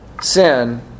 sin